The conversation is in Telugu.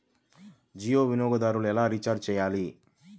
జియో వినియోగదారులు ఎలా రీఛార్జ్ చేయాలి?